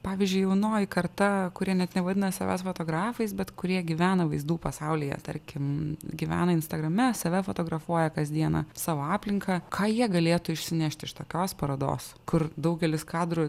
pavyzdžiui jaunoji karta kuri net nevadina savęs fotografais bet kurie gyvena vaizdų pasaulyje tarkim gyvena instagrame save fotografuoja kasdieną savo aplinką ką jie galėtų išsinešti iš tokios parodos kur daugelis kadrų